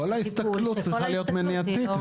כל ההסתכלות צריכה להיות מניעתית,